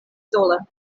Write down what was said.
sola